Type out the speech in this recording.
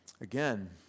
Again